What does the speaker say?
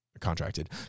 contracted